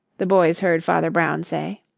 the boys heard father brown say.